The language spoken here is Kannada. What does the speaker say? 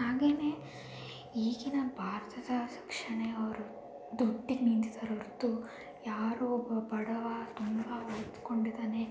ಹಾಗೆಯೇ ಈಗಿನ ಭಾರತದ ಶಿಕ್ಷಣೆಯವರು ದುಡ್ಡಿಗೆ ನಿಂತಿದಾರೆ ಹೊರ್ತು ಯಾರೋ ಒಬ್ಬ ಬಡವ ತುಂಬ ಓದ್ಕೊಂಡಿದ್ದಾನೆ